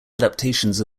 adaptations